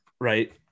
Right